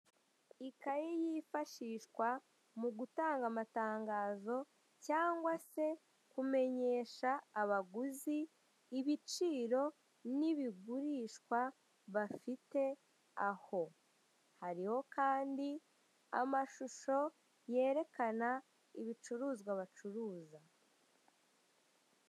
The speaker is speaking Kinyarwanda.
Ikayi yifashishwa mu gutanga amatangazo cyangwa se kumenyesha abaguzi ibiciro n'ibigurishwa bafite aho, hariho kandi amashusho yerekana ibicuruzwa bacuruza.